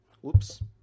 Whoops